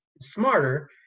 smarter